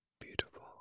beautiful